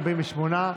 48,